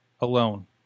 alone